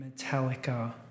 Metallica